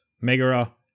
Megara